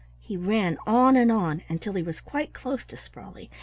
he ran on and on until he was quite close to sprawley,